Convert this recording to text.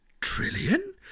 Trillion